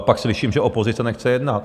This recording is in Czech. Pak slyším, že opozice nechce jednat.